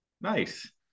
Nice